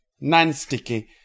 Non-sticky